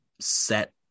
Set